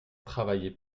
travailler